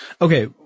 Okay